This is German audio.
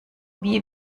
wie